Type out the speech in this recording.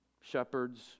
shepherds